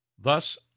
thus